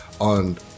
on